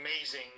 amazing